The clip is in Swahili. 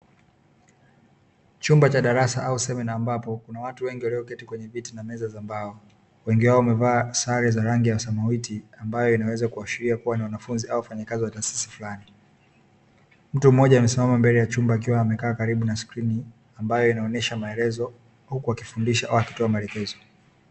Chumba cha darasa au semina ambapo kuna watu wengi walioketi kwenye kiti na meza za mbao, wengi wao wamevaa sare za rangi ya samawati. Ambayo inaweza kuashiria ni wanafunzi au wafanyakazi wa taasisi fulani, mtu mmoja amesimama mbele ya chumba akiwa amekaa karibu ya skrini, ambayo inaonesha maelezo huku akifundisha au akitoa maelekezo.